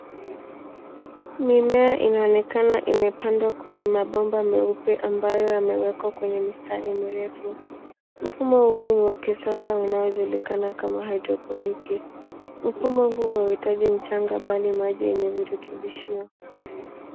Mimea inaonekana imepandwa kwenye mabomba meupe ambayo yamewekwa kwenye mistari mirefu. Mfumo huu ni wa kisasa unaojulikana kama hidroponiki . Mfumo huu hauitaji mchanga bali maji yenye virutubishio.